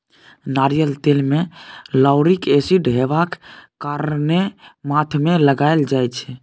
नारियल तेल मे लाउरिक एसिड हेबाक कारणेँ माथ मे लगाएल जाइ छै